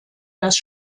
dass